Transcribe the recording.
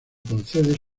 concede